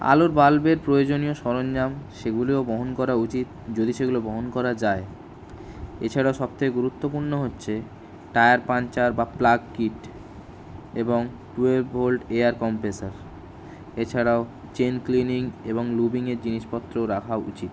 আলোর বাল্বের প্রয়োজনীয় সরঞ্জাম সেগুলিও বহন করা উচিত যদি সেগুলো বহন করা যায় এছাড়া সব থেকে গুরুত্বপূর্ণ হচ্ছে টায়ার পাঞ্চার বা প্লাগ কিট এবং two A volt air compressor এছাড়াও চেন ক্লিনিং এবং লুবিংয়ের জিনিসপত্র রাখা উচিত